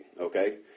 okay